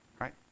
Right